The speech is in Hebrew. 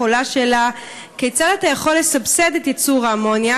עולה השאלה: כיצד אתה יכול לסבסד את ייצור האמוניה,